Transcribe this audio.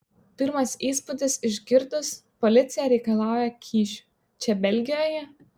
pirmas įspūdis išgirdus policija reikalauja kyšių čia belgijoje